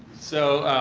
so